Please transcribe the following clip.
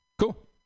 cool